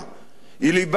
היא ליבה ציונית,